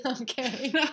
Okay